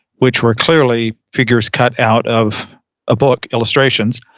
which were clearly figures cut out of a book illustrations,